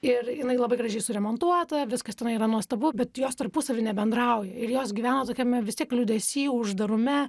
ir jinai labai gražiai suremontuota viskas tenai yra nuostabu bet jos tarpusavy nebendrauja ir jos gyvena tokiame vis tiek liūdesy uždarume